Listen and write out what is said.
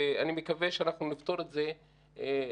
ואני מקווה שאנחנו נפתור את זה הלאה,